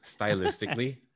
Stylistically